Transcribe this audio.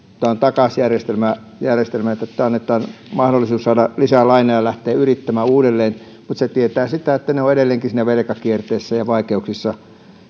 tämä takausjärjestelmä että annetaan mahdollisuus saada lisää lainaa ja lähteä yrittämään uudelleen mutta se tietää sitä että he ovat edelleenkin siinä velkakierteessä ja vaikeuksissa